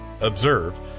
observe